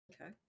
Okay